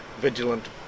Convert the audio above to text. vigilant